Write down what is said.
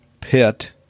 pit